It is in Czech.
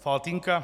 Faltýnka.